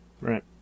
Right